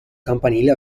campanile